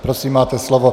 Prosím, máte slovo.